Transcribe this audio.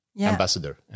ambassador